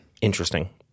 Interesting